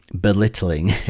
belittling